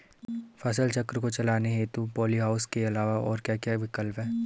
फसल चक्र को चलाने हेतु पॉली हाउस के अलावा और क्या क्या विकल्प हैं?